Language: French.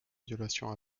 violation